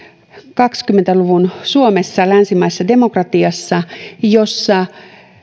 kaksikymmentä luvun suomessa länsimaisessa demokratiassa jossa